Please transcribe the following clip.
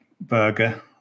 Burger